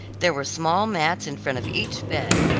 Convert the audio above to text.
there were small mats in front of each bed,